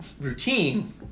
routine